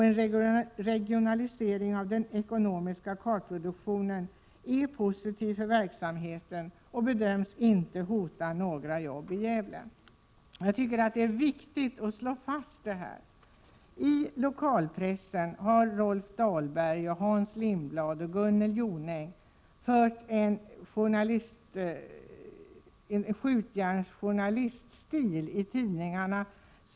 En regionalisering av den ekonomiska kartproduktionen är positiv för verksamheten och bedöms inte hota några jobb i Gävle. Jag tycker att det är viktigt att slå fast detta. Tlokalpressen har Rolf Dahlberg, Hans Lindblad och Gunnel Jonäng fört en argumentation i journalistisk skjutjärnsstil.